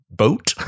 boat